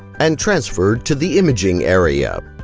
and transferred to the imaging area.